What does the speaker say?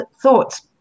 thoughts